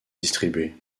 distribué